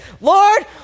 Lord